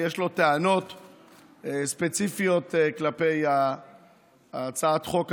שיש לו טענות ספציפיות כלפי הצעת חוק הזאת,